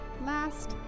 last